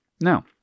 Now